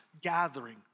gathering